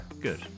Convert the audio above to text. Good